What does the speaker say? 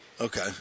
Okay